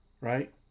Right